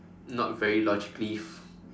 not very logically